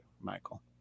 Michael